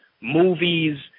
movies